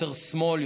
יותר שמאל,